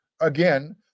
Again